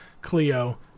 cleo